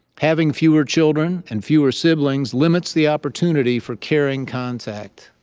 having fewer children and fewer siblings limits the opportunity for caring contact.